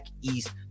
East